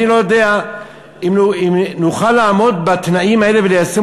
אני לא יודע אם נוכל לעמוד בתנאים האלה וליישם